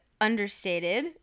Understated